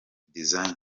design